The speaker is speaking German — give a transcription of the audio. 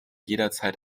jederzeit